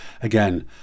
Again